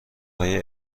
های